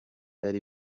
ari